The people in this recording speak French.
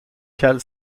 cale